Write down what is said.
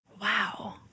Wow